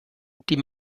die